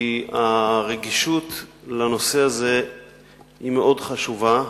כי הרגישות לנושא הזה היא מאוד חשובה,